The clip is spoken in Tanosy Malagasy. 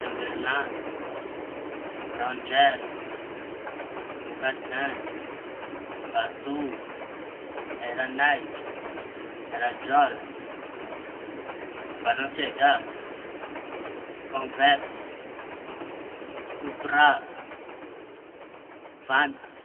Taimberland, ranjers, môkasain, batô, ery naiky, erjorda, balansiagia, kônvers, hiopra, vans.